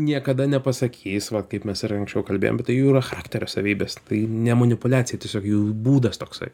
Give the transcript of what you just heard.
niekada nepasakys va kaip mes ir anksčiau kalbėjom bet tai jų yra charakterio savybės tai ne manipuliacija tiesiog jų būdas toksai